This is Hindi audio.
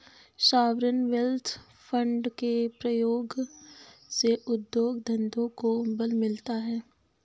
सॉवरेन वेल्थ फंड के प्रयोग से उद्योग धंधों को बल मिलता है